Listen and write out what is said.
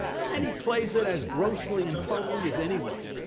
and then he plays it as grossly and totally as anyone.